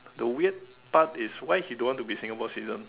the weird part is why he don't want to be Singapore citizen